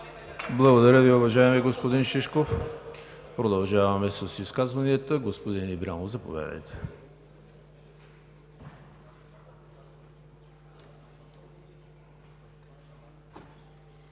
Благодаря Ви, уважаеми господин Шишков. Продължаваме с изказванията. Господин Ибрямов, заповядайте.